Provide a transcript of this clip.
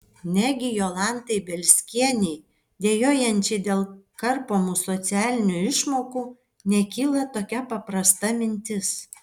negi jolantai bielskienei dejuojančiai dėl karpomų socialinių išmokų nekyla tokia paprasta mintis